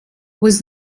was